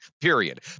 period